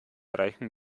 reichen